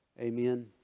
Amen